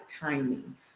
timing